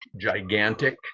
gigantic